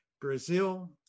Brazil